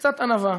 קצת ענווה,